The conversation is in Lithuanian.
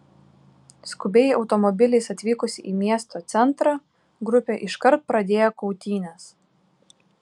skubiai automobiliais atvykusi į miesto centrą grupė iškart pradėjo kautynes